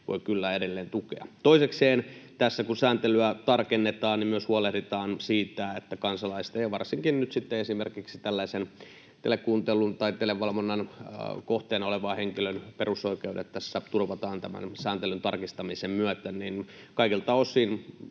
voi kyllä edelleen tukea. Toisekseen, tässä kun sääntelyä tarkennetaan, myös huolehditaan siitä, että kansalaisten ja varsinkin nyt sitten esimerkiksi tällaisen telekuuntelun tai televalvonnan kohteena olevan henkilön perusoikeudet turvataan tämän sääntelyn tarkistamisen myötä. Kaikilta osin